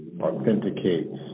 authenticates